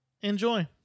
Enjoy